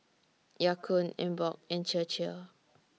Ya Kun Emborg and Chir Chir